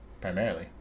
primarily